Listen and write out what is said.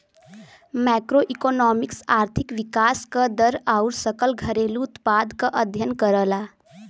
macroeconomics आर्थिक विकास क दर आउर सकल घरेलू उत्पाद क अध्ययन करला